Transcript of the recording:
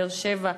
באר-שבע,